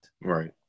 Right